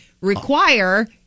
require